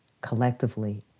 collectively